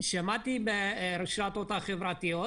שמעתי ברשתות החברתיות,